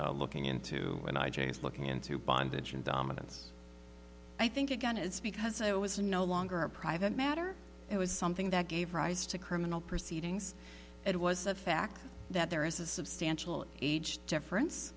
are looking into the nigerians looking into bondage and dominance i think again it's because i was no longer a private matter it was something that gave rise to criminal proceedings it was a fact that there is a substantial age difference